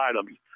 items